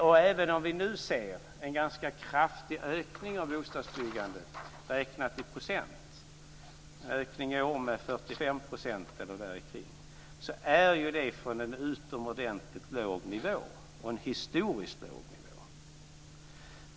Och även om vi nu ser en ganska kraftig ökning av bostadsbyggandet räknat i procent - i år är ökningen omkring 45 %- sker det från en utomordentligt låg nivå, en historiskt låg nivå.